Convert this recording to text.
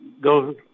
go